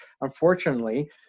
unfortunately